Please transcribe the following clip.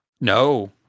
No